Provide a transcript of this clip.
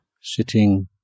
Sitting